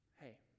hey